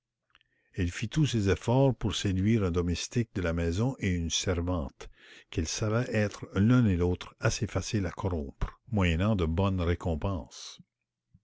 elle fit tous ses efforts pour séduire un domestique de la maison et une servante qu'elle savait être l'un et l'autre assez faciles à corrompre moyennant de bonnes récompenses